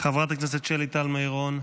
חברת הכנסת שלי טל מירון,